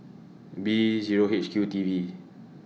B Zero H Q T V